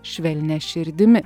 švelnia širdimi